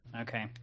Okay